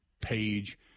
page